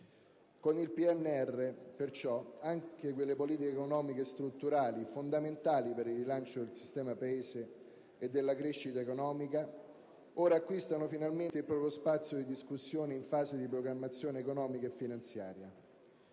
Con il PNR, perciò, anche quelle politiche economiche strutturali, fondamentali per il rilancio del sistema Paese e della crescita economica, ora acquistano finalmente il proprio spazio di discussione in fase di programmazione economica e finanziaria.